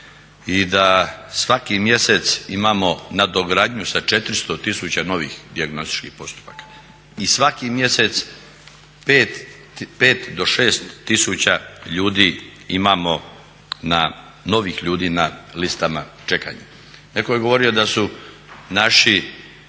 i da svaki mjesec imamo nadogradnju sa 400 000 novih dijagnostičkih postupaka i svaki mjesec 5 do 6 tisuća ljudi imamo na listama čekanja. Neko je govorio da su naši,